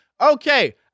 Okay